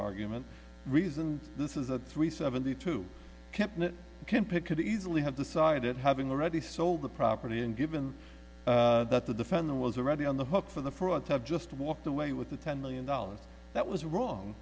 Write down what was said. argument reason this is a three seventy two kept it can pick could easily have decided having already sold the property and given that the defendant was already on the hook for the fraud to have just walked away with the ten million dollars that was wrong